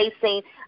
facing